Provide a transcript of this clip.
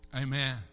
Amen